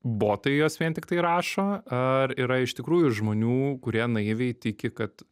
botai juos vien tiktai rašo ar yra iš tikrųjų žmonių kurie naiviai tiki kad